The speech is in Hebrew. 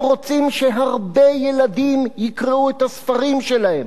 רוצות שהרבה ילדים יקראו את הספרים שלהן.